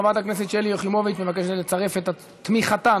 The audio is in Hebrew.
חברת הכנסת שלי יחימוביץ מבקשת לצרף את תמיכתה.